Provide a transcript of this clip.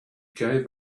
gave